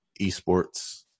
esports